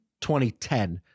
2010